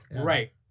Right